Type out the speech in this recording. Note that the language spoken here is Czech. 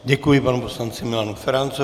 Děkuji panu poslanci Milanu Ferancovi.